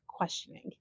questioning